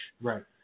Right